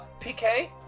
PK